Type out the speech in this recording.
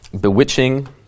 bewitching